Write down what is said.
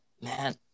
Man